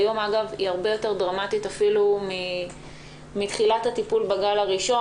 היום היא הרבה יותר דרמטית אפילו מאשר בתחילת הטיפול בגל הראשון,